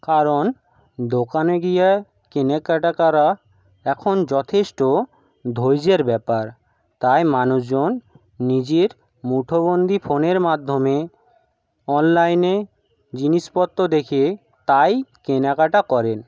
কারণ দোকানে গিয়ে কিনে কাটা করা এখন যথেষ্ট ধৈযের ব্যাপার তাই মানুষজন নিজের মুঠো বন্দি ফোনের মাধ্যমে অনলাইনে জিনিসপত্র দেখে তাই কেনাকাটা করেন